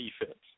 defense